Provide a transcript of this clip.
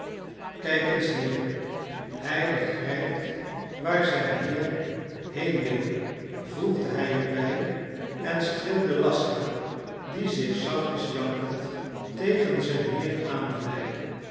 kijk eens hier hij begrijpt waar zijn heer heen wil voegde hij er bij en streelde laska die zich zachtjes jankend tegen zijn heer